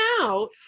out